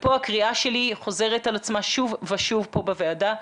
ופה הקריאה שלי חוזרת על עצמה שוב ושוב פה בוועדה,